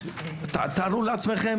תארו לעצמכם,